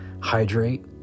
hydrate